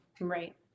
right